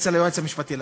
אצל היועץ המשפטי לממשלה.